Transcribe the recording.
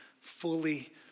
fully